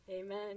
Amen